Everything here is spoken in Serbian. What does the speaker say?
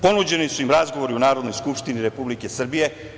Ponuđeni su im razgovori u Narodnoj skupštini Republike Srbije.